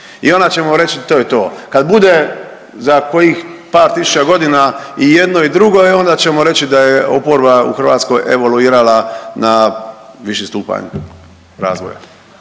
i onda ćemo reći to je to. Kad bude za kojih par tisuća godina i jedno i drugo e onda ćemo reći da je oporba u Hrvatskoj evoluirala na viši stupanj razvoja.